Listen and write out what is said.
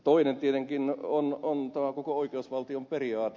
toinen tietenkin on tämä koko oikeusvaltion periaate